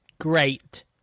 Great